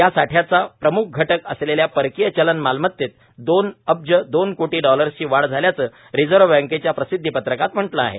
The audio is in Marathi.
या साठ्याचा प्रम्ख घटक असलेल्या परकीय चलन मालमत्तेत दोन अब्ज दोन कोटी डॉलर्सची वाढ झाल्याचं रिझर्व्ह बँकेच्या प्रसिद्धी पत्रकात म्हटलं आहे